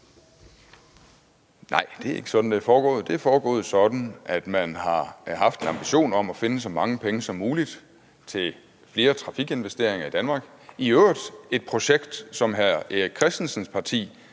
Nej, det er ikke sådan, det er foregået. Det er foregået sådan, at man har haft en ambition om at finde så mange penge som muligt til flere trafikinvesteringer i Danmark. Angående det projekt glimrer hr. Erik Christensens parti